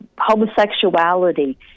homosexuality